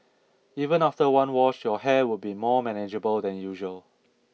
even after one wash your hair would be more manageable than usual